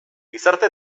gizarte